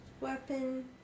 weapon